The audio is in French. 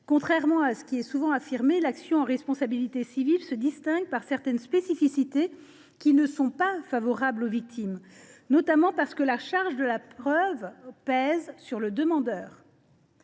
Contrairement à ce qui est souvent affirmé, l’action en responsabilité civile se distingue par certaines spécificités qui ne sont pas favorables aux victimes, notamment parce que la charge de la preuve pèse sur le demandeur.